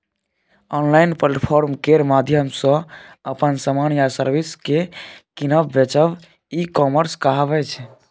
online platform केर माध्यमसँ अपन समान या सर्विस केँ कीनब बेचब ई कामर्स कहाबै छै